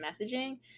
messaging